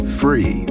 free